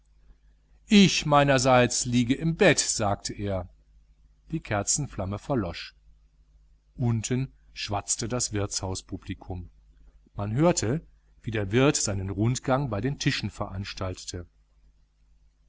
ich meinerseits liege im bett sagte er die kerzenflamme verlosch unten schwatzte das wirtshauspublikum man hörte wie der wirt seinen rundgang bei den tischen veranstaltete